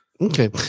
Okay